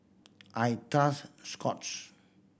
I trust Scott's